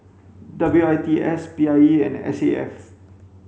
W I T S P I E and S A F